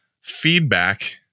feedback